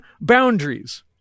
boundaries